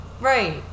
Right